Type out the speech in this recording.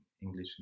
English